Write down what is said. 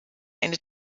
eine